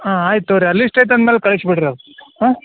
ಹಾಂ ಆಯ್ತು ತೊಗೋರಿ ಆ ಲಿಶ್ಟ್ ಐತೆ ಅಂದ್ಮೇಲೆ ಕಳಿಸಿ ಬಿಡಿರಿ ಅದು ಹಾಂ